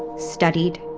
studied.